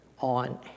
on